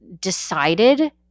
decided